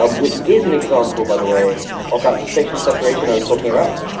um which is an example by the way of that spatial separation i was talking about.